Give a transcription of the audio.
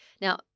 Now